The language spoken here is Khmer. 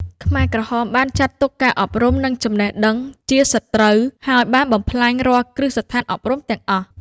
ខ្មែរក្រហមបានចាត់ទុកការអប់រំ និងចំណេះដឹងជាសត្រូវ ហើយបានបំផ្លាញរាល់គ្រឹះស្ថានអប់រំទាំងអស់។